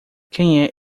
quem